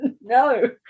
No